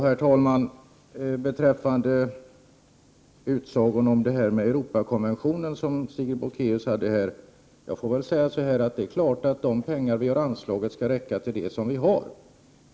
Herr talman! Beträffande den utsaga om Europakonventionen som Sigrid Bolkéus gjorde här vill jag säga att de pengar som vi har anslagit självfallet skall räcka till den verksamhet som bedrivs.